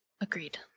Agreed